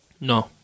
No